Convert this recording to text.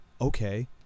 Okay